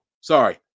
sorry